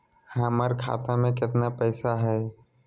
हमर खाता मे केतना पैसा हई?